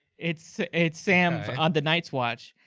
it's it's sam of the nights watch,